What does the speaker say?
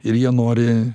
ir jie nori